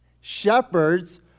Shepherds